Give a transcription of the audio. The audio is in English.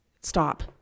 stop